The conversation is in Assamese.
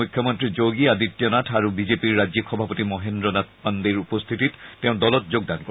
মুখ্যমন্ত্ৰী যোগী আদিত্য নাথ আৰু বিজেপিৰ ৰাজ্যিক সভাপতি মহেন্দ্ৰ নাথ পাণ্ডেক উপস্থিতিত তেওঁ দলত যোগদান কৰে